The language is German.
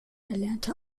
erlernte